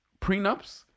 prenups